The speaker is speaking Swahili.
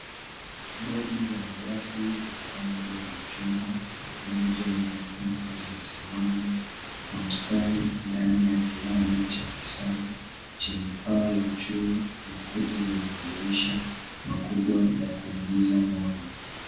Bodi za mabasi zenye rangi ya machungwa na moja nyeupe zimesimama kwa mstari ndani ya kiwanda ya kisasa chenye panya za chuma na kuta zenye madirisha makubwa ya kuingiza mwanga.